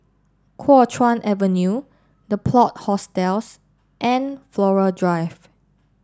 Kuo Chuan Avenue The Plot Hostels and Flora Drive